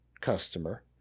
customer